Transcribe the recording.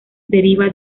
deriva